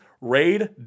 Raid